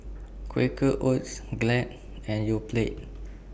Quaker Oats Glad and Yoplait